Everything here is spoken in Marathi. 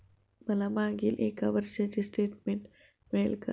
मला मागील एक वर्षाचे स्टेटमेंट मिळेल का?